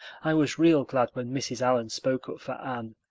i was real glad when mrs. allan spoke up for anne,